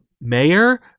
Mayor